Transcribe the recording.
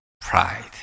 pride